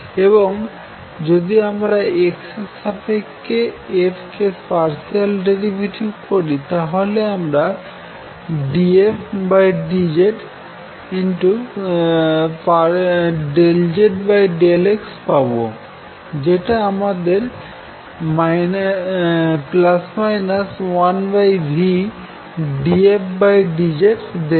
এবং যদি আমরা x এর সাপেক্ষে f কে পারশিয়াল ডেরিভেটিভ করি তাহলে আমরা dfdz∂zx পাবো যেটা আমাদের 1vdfdz দেবে